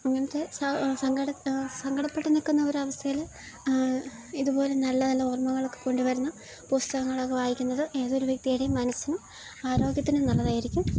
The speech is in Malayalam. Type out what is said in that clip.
അങ്ങനത്തെ സങ്കടപ്പെട്ട് നില്ക്കുന്ന ഒരവസ്ഥയില് ഇതുപോലെ നല്ല നല്ല ഓർമ്മകളൊക്കെ കൊണ്ടുവരുന്ന പുസ്തകങ്ങളൊക്കെ വായിക്കുന്നത് ഏതൊരു വ്യക്തിയുടെയും മനസ്സിനും ആരോഗ്യത്തിനും നല്ലതായിരിക്കും